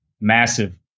massive